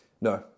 No